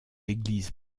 l’église